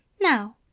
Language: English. Now